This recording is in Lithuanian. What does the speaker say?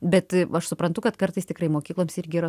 bet aš suprantu kad kartais tikrai mokykloms irgi yra